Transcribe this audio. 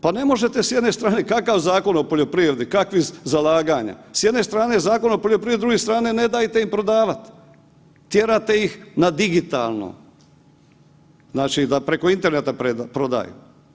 Pa ne možete s jedne strane, kakav Zakon o poljoprivredi, kakva zalaganja, s jedne strane Zakon o poljoprivredi, s druge strane ne dajte im prodavat, tjerate ih na digitalno, znači da preko Interneta prodaju.